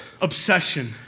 obsession